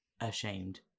ashamed